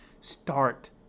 start